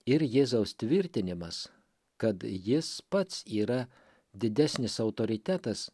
ir jėzaus tvirtinimas kad jis pats yra didesnis autoritetas